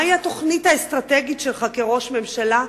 מהי התוכנית האסטרטגית שלך כראש הממשלה?